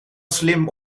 slim